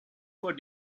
for